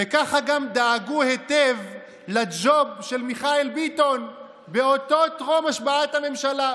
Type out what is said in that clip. וכך גם דאגו היטב לג'וב של מיכאל ביטון טרום השבעת הממשלה,